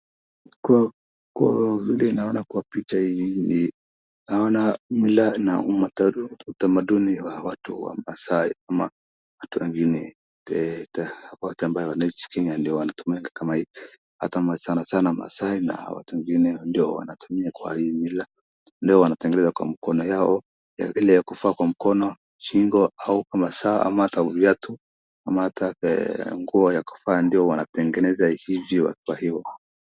Kwa vile naona kwa picha hii naona mila na utamaduni wa watu wa maasai ama watu wengine watu ambaye wanaoishi Kenya ndo wanatumia kama hii hata sanasana Maasai na watu wengine ndo wanatumia kwa hii mila Leo wanatengeneza kwa mikono yao ni ile ya kufaa kwa mkono, shingo au masaa au viatu ama ni nguo ya kuvaa wanatengeneza kwa njia hiyo.